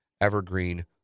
Evergreen